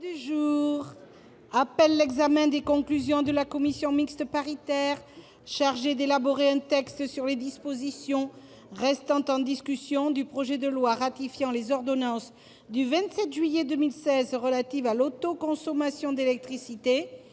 appelle l'examen des conclusions de la commission mixte paritaire chargée d'élaborer un texte sur les dispositions restant en discussion du projet de loi ratifiant les ordonnances n° 2016-1019 du 27 juillet 2016 relative à l'autoconsommation d'électricité